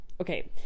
okay